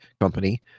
Company